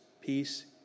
peace